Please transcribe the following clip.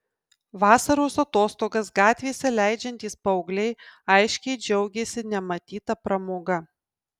vasaros atostogas gatvėse leidžiantys paaugliai aiškiai džiaugėsi nematyta pramoga